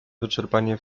wyczerpanie